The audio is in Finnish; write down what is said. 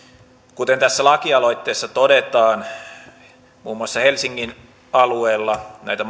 kuten tässä lakialoitteessa todetaan muun muassa helsingin alueella näitä